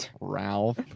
Ralph